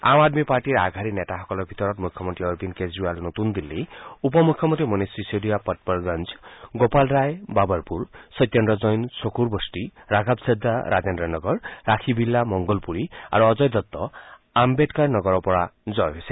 আম আদমী পাৰ্টীৰ আগশাৰীৰ নেতাসকলৰ ভিতৰত মুখ্যমন্ত্ৰী অৰবিন্দ কেজৰিৱাল নতুন দিল্লী উপ মুখ্যমন্তী মনীষ সিসোদিয়া পটপড্গঞ্জ গোপাল ৰায় বাবৰপুৰ সত্যেন্দ জৈন শ্বকুৰবস্তি ৰাঘৱ ছদ্দা ৰাজেন্দ্ৰনগৰ ৰাখী বিৰলা মংগোলপুৰী আৰু অজয় দত্ত আম্বেদকাৰ নগৰৰ পৰা জয়ী হৈছে